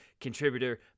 contributor